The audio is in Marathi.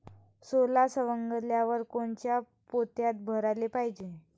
सोला सवंगल्यावर कोनच्या पोत्यात भराले पायजे?